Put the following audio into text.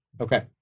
Okay